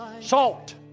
Salt